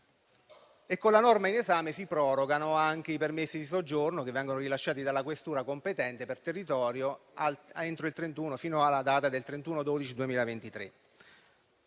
Con la norma in esame si prorogano anche i permessi di soggiorno, che vengono rilasciati dalla questura competente per territorio fino alla data del 31